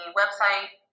website